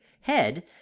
head